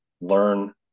learn